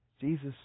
Jesus